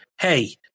hey